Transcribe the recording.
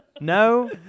no